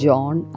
John